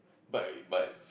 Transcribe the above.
but but